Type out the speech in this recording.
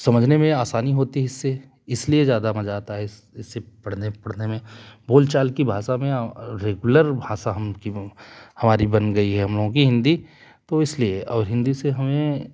समझने में आसानी होती है इससे इसलिए ज्यादा मजा आता है इसे पढ़ने में बोलचाल की भाषा में रेगुलर भाषा हम की हमारी बन गई है हम लोगों की हिंदी तो इसलिए और हिंदी से हमें